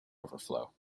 overflow